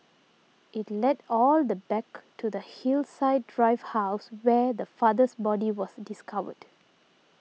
it led all the back to the Hillside Drive house where the father's body was discovered